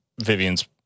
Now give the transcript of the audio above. Vivian's